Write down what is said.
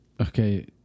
okay